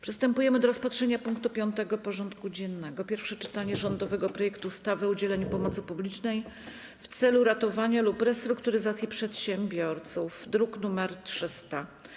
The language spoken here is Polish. Przystępujemy do rozpatrzenia punktu 5. porządku dziennego: Pierwsze czytanie rządowego projektu ustawy o udzielaniu pomocy publicznej w celu ratowania lub restrukturyzacji przedsiębiorców (druk nr 300)